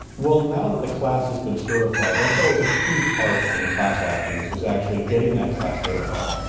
well, now that the class has been certified, that's always a key part in class actions is actually getting that class certified.